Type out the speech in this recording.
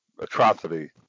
atrocity